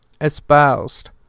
espoused